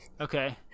okay